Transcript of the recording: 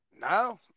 no